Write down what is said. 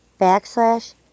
backslash